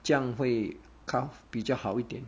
这样会 cut 比较好一点